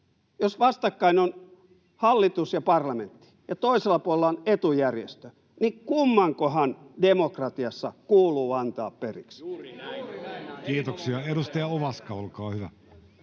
jos vastakkain ovat hallitus ja parlamentti ja toisella puolella etujärjestö, niin kummankohan demokratiassa kuuluu antaa periksi? [Oikealta: Juuri näin!]